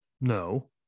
No